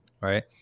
right